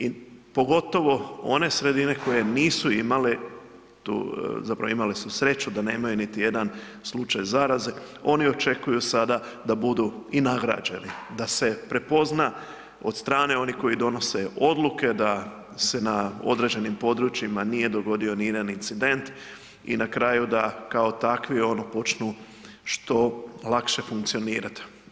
I pogotovo one sredine koje nisu imale tu, zapravo imale su sreću da nemaju niti jedan slučaj zaraze, oni očekuju sada da budu i nagrađeni, da se prepozna od strane onih koji donose odluke da se na određenim područjima nije dogodio ni jedan incident i na kraju da kao takvi ono počnu što lakše funkcionirati.